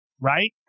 right